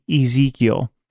Ezekiel